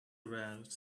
aroused